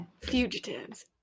Fugitives